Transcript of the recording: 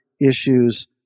issues